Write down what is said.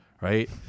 right